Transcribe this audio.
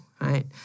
right